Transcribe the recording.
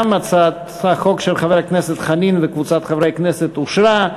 גם הצעת החוק של חבר הכנסת חנין וקבוצת חברי הכנסת אושרה,